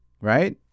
right